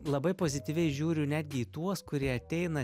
labai pozityviai žiūriu netgi į tuos kurie ateina